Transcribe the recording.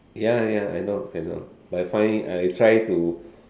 ya ya I know I know but I find it I try to